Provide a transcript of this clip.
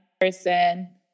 person